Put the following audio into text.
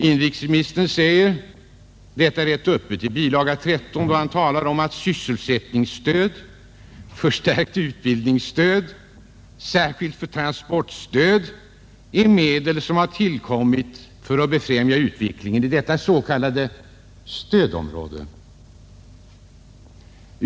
Inrikesministern säger detta rätt öppet i bilaga 13, då han talar om att sysselsättningsstöd, förstärkt utbildningsstöd, särskilt transportstöd är medel som har tillkommit för att främja utvecklingen i det s.k. stödområdet.